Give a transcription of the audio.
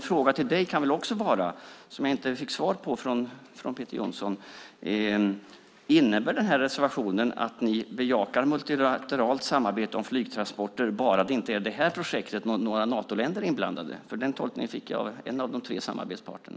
Jag hade en fråga som jag inte fick svar på från Peter Jonsson, så jag ställer den till dig: Innebär reservationen att ni bejakar multilateralt samarbete om flygtransporter, bara det inte är det här projektet och bara inte några Natoländer är inblandade? Den tolkningen fick jag av en av de tre samarbetspartnerna.